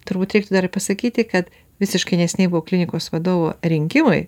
turbūt reiktų dar ir pasakyti kad visiškai neseniai buvo klinikos vadovo rinkimai